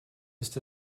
ist